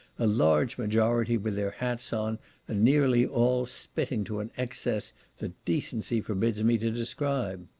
a large majority with their hats on, and nearly all, spitting to an excess that decency forbids me to describe.